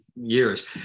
years